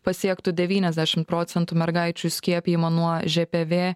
pasiektų devyniasdešim procentų mergaičių skiepijimo nuo žpv